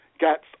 got